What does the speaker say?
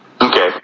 Okay